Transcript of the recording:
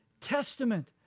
testament